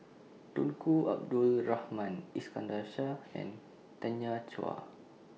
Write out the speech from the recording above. Tunku Abdul Rahman Iskandar Shah and Tanya Chua